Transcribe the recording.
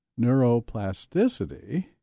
neuroplasticity